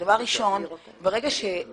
לנו